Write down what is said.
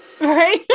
Right